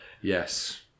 Yes